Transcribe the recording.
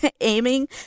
aiming